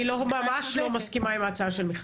אני ממש לא מסכימה עם ההצעה של מיכל,